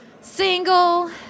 Single